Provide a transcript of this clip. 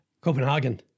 Copenhagen